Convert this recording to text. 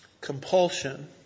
compulsion